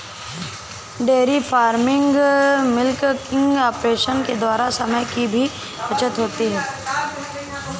dairy farming milking operation के द्वारा समय की भी बचत होती है